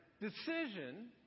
decision